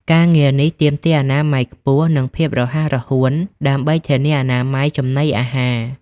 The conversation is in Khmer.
ការងារ នេះទាមទារអនាម័យខ្ពស់ និងភាពរហ័សរហួនដើម្បីធានាអនាម័យចំណីអាហារ។